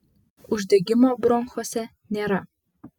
uždegimo bronchuose nėra